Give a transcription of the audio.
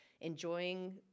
enjoying